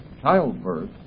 Childbirth